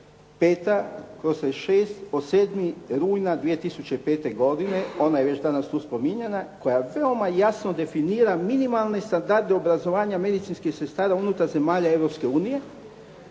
direktive 2005/66 od 7. rujna 2005. godine. Ona je već danas tu spominjana koja veoma jasno definira minimalne standarde obrazovanja medicinskih sestara unutar zemalja